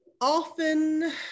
often